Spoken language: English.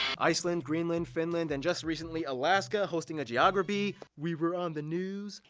iceland, greenland, finland, and just recently alaska hosting a geograbee. we were on the news!